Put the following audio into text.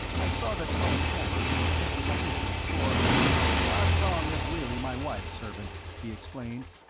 i saw that colin camber had detected my interest, for ah tsong is really my wife's servant, he explained.